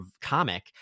comic